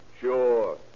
Sure